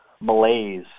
malaise